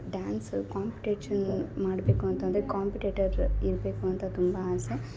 dance competition ಮಾಡಬೇಕು ಅಂತಂದರೆ competitor ಇರಬೇಕು ಅಂತ ತುಂಬಾ ಆಸೆ